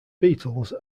beatles